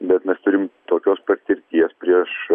bet mes turim tokios patirties prieš